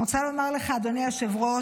אני רוצה לומר לך, אדוני היושב-ראש,